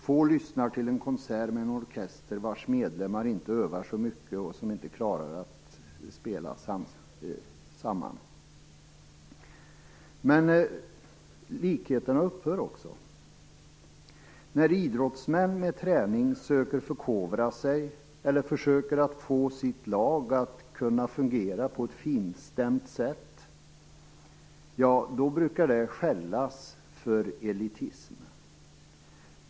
Få lyssnar till en konsert med en orkester vars medlemmar inte övar så mycket och som inte klarar att spela samman. Men likheterna upphör också. När idrottsmän med träning söker förkovra sig eller försöker få sitt lag att fungera på ett finstämt sätt brukar det skällas för elitism.